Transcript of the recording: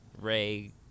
Ray